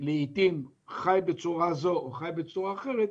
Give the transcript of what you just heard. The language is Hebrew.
לעיתים חי בצורה זו או בצורה אחרת,